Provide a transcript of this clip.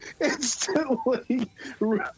instantly